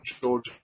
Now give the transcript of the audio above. George